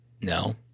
No